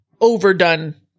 overdone